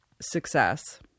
success